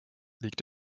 liegt